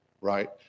right